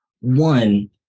One